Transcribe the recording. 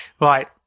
Right